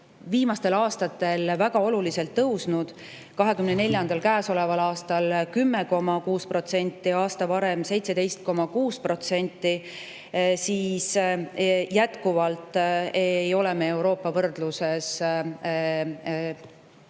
viimastel aastatel väga oluliselt tõusnud – 2024., käesoleval aastal 10,6% ja aasta varem 17,6% –, siis jätkuvalt ei ole me Euroopa võrdluses edasi